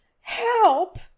help